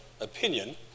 opinion